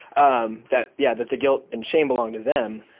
um that. yeah that the guilt and shame belonged to them,